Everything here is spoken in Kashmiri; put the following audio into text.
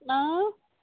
اۭں